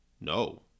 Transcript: No